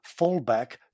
fallback